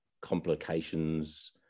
complications